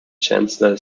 chancellor